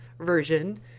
version